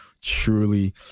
truly